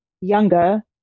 younger